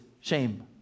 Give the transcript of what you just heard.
shame